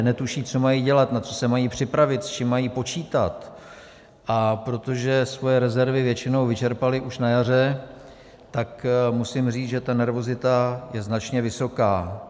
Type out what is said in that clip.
Netuší, co mají dělat, na co se mají připravit, s čím mají počítat, a protože své rezervy většinou vyčerpali už na jaře, tak musím říct, že ta nervozita je značně vysoká.